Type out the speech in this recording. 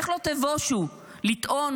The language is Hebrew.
איך לא תבושו לטעון